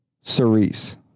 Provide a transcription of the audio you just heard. Cerise